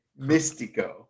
Mystico